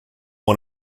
one